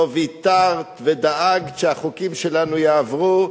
לא ויתרת ודאגת שהחוקים שלנו יעברו,